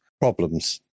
problems